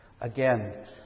Again